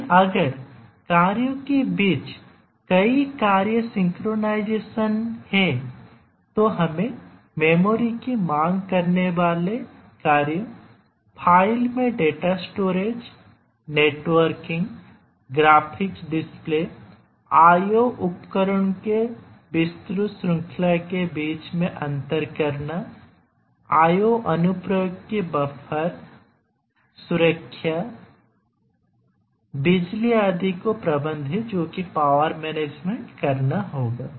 लेकिन अगर कार्यों के बीच कई कार्य सिंक्रोनाइज़ेशन हैं तो हमें मेमोरी की मांग करने वाले कार्यों फ़ाइल में data storage networking graphics display I O उपकरणों की एक विस्तृत श्रृंखला के बीच में अंतर करना I O अनुप्रयोगों की बफर सुरक्षा बिजली आदि को प्रबंधित करना होगा